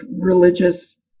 religious